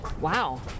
Wow